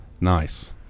Nice